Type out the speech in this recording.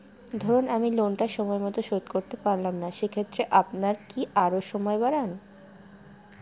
ধরুন আমি লোনটা সময় মত শোধ করতে পারলাম না সেক্ষেত্রে আপনার কি আরো সময় বাড়ান?